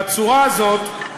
בצורה הזאת,